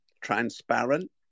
transparent